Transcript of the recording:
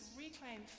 reclaim